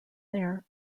there